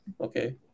Okay